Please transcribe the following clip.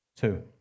two